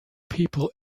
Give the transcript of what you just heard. people